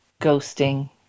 ghosting